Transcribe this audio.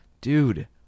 Dude